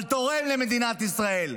אבל תורם למדינת ישראל.